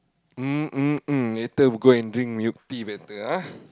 mm mm mm later we go and drink milk tea better ah